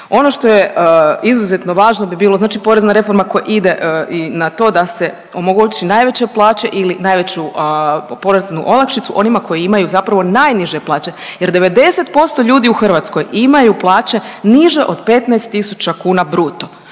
Ono što je izuzetno bi bilo znači porezna reforma koja ide na to da se omogući najveće plaće ili najveću poreznu olakšicu onima koji imaju zapravo najniže plaće jer 90% ljudi u Hrvatskoj imaju plaće niže od 15.000 kuna bruto,